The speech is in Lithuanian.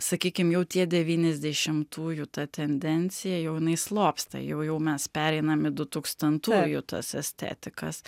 sakykim jau tie devyniasdešimtųjų ta tendencija jau jinai slopsta jau jau mes pereinam į du tūkstantųjų tas estetikas